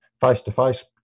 face-to-face